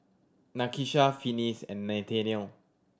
Nakisha Finis and Nathanial